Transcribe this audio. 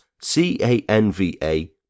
C-A-N-V-A